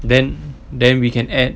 then then we can add